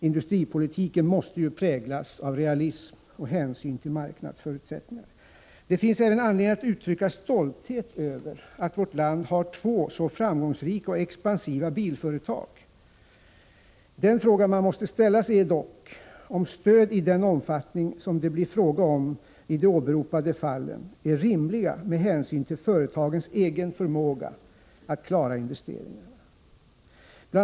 Industripolitiken måste ju präglas av realism och hänsyn till marknadsförutsättningar. 61 Det finns även anledning att uttrycka stolthet över att vårt land har två så framgångsrika och expansiva bilföretag. Den fråga man måste ställa sig är dock om stöd i den omfattning som det blir fråga om i de åberopade fallen är rimliga med hänsyn till företagens egen förmåga att klara investeringarna. Bl.